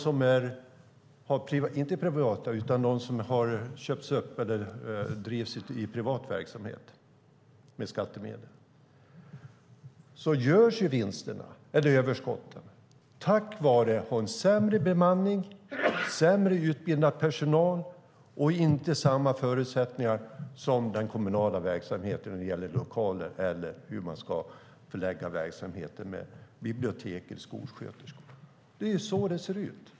Om vi tittar på skolan och de som köpts upp och drivs i privat regi med skattemedel ser vi att vinsterna, eller överskottet, uppstår på grund av att de har sämre bemanning och sämre utbildad personal och för att de inte har samma förutsättningar som den kommunala verksamheten vad gäller lokaler, bibliotek, skolsköterska. Det är så det ser ut.